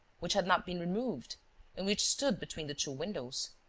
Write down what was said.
which had not been removed and which stood between the two windows.